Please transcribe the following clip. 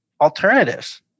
alternatives